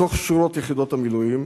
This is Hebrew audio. בתוך שורות יחידות המילואים,